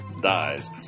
dies